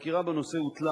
החקירה בנושא הוטלה